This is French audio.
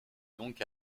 donc